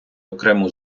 окрему